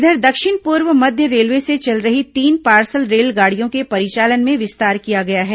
इधर दक्षिण पूर्व मध्य रेलवे से चल रही तीन पार्सल रेलगाड़ियों के परिचालन में विस्तार किया गया है